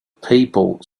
people